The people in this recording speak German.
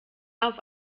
auf